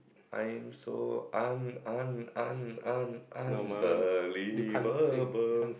I'm so un~ un~ un~ un~ un~ unbelievable